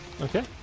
Okay